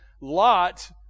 Lot